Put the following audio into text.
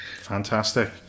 Fantastic